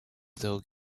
still